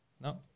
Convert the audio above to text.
No